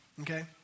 okay